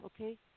okay